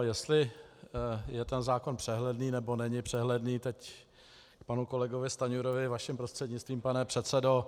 Jestli je ten zákon přehledný, nebo není přehledný k panu kolegovi Stanjurovi vaším prostřednictvím, pane předsedo.